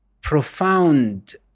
profound